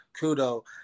Kudo